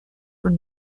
were